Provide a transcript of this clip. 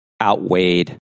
outweighed